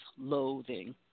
loathing